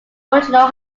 original